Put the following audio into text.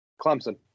Clemson